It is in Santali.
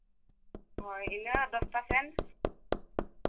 ᱦᱳᱭ ᱤᱱᱟᱹ ᱫᱚᱥᱴᱟ ᱥᱮᱱ